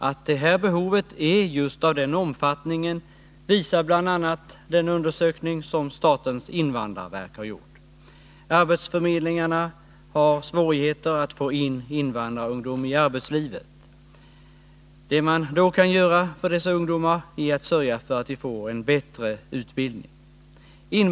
Att det här behovet är just av den omfattningen visar bl.a. den undersökning som statens invandrarverk har gjort. Arbetsförmedlingarna har svårigheter när det gäller att få in invandrarungdom i arbetslivet. Det man då kan göra för dessa ungdomar är att sörja för att de får en bättre utbildning.